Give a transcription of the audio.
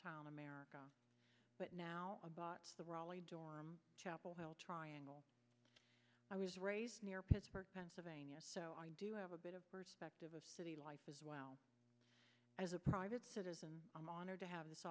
town america but now about the raleigh durham chapel hill triangle i was raised near pittsburgh pennsylvania so i do have a bit of perspective of city life as well as a private citizen i'm honored to have this